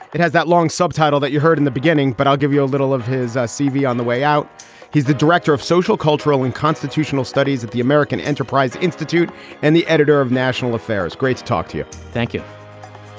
it has that long subtitle that you heard in the beginning, but i'll give you a little of his cv on the way out he's the director of social, cultural and constitutional studies at the american enterprise institute and the editor of national affairs. great to talk to you. thank you